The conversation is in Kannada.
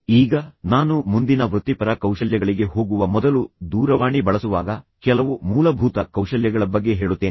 ಈಗ ನಾನು ಮುಂದಿನ ವೃತ್ತಿಪರ ಕೌಶಲ್ಯಗಳಿಗೆ ಹೋಗುವ ಮೊದಲು ದೂರವಾಣಿ ಬಳಸುವಾಗ ಕೆಲವು ಮೂಲಭೂತ ಕೌಶಲ್ಯಗಳ ಬಗ್ಗೆ ಹೇಳುತ್ತೇನೆ